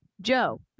Joe